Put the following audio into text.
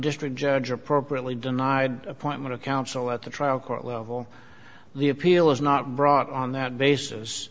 district judge appropriately denied appointment of counsel at the trial court level the appeal is not brought on that basis